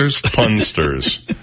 Punsters